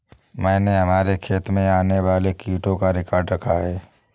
मैंने हमारे खेत में आने वाले कीटों का रिकॉर्ड रखा है